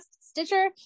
Stitcher